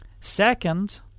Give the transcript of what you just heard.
Second